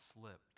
slipped